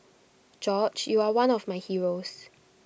George you are one of my heroes